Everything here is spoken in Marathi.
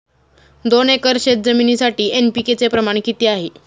दोन एकर शेतजमिनीसाठी एन.पी.के चे प्रमाण किती आहे?